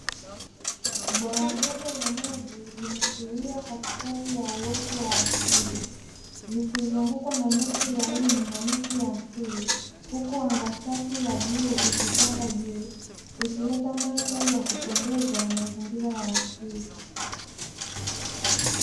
Bwawa dogo la maji limetulia katikati ya uoto wa asili, likizungukwa na nyasi laini na miti ya asili huku anga safi la bluu likitanda juu likileta mandhari ya kupendeza ya mazingira ya asili.